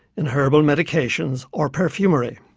in herbal medications or perfumery.